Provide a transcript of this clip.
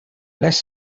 les